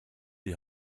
die